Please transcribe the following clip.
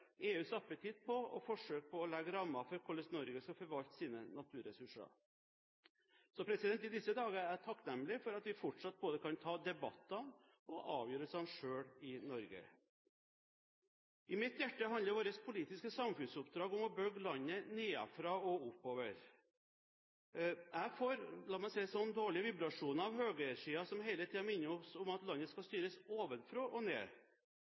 EUs appetitt på og forsøk på å legge rammer for forvaltningen av Norges naturressurser. I disse dager er jeg takknemlig for at vi fortsatt kan ta både debattene og avgjørelsene selv i Norge. I mitt hjerte handler vårt politiske samfunnsoppdrag om å bygge landet nedenfra og oppover. Jeg får – la meg si det sånn – dårlige vibrasjoner av høyresiden som hele tiden minner oss om at landet skal styres ovenfra og ned.